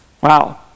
Wow